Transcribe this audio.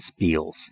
spiels